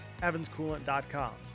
evanscoolant.com